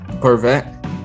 Corvette